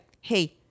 hey